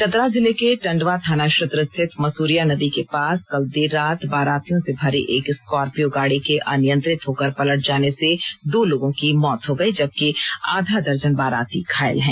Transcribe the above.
चतरा जिले के टंडवा थाना क्षेत्र स्थित मसूरिया नदी के पास कल देर रात बारातियों से भरी एक स्कार्पियो गाड़ी के अनियंत्रित होकर पलट जाने से दो लोगों की मौत हो गई जबकि आधा दर्जन बाराती घायल हैं